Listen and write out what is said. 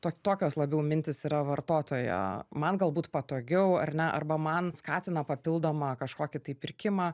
tok tokios labiau mintys yra vartotojo man galbūt patogiau ar ne arba man skatina papildomą kažkokį tai pirkimą